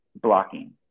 blocking